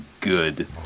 good